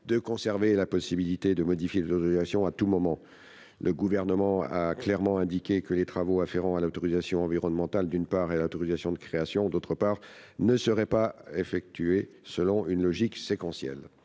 de conserver la possibilité de modifier l'organisation à tout moment. Ensuite, le Gouvernement a clairement indiqué que les travaux afférents à l'autorisation environnementale, d'une part, et à l'autorisation de création, d'autre part, ne seraient pas effectués selon une logique séquentielle.